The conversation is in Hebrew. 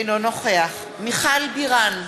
אינו נוכח מיכל בירן,